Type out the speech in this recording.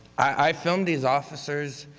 i filmed these officers,